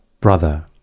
Brother